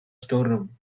storeroom